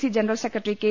C general secretary K